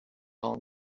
own